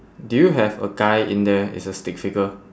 do you have a guy in there is a stick figure